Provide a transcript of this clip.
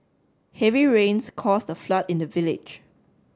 heavy rains caused a flood in the village